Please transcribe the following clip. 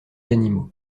animaux